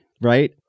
Right